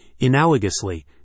Analogously